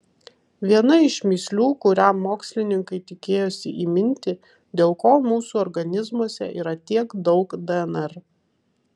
viena iš mįslių kurią mokslininkai tikėjosi įminti dėl ko mūsų organizmuose yra tiek daug dnr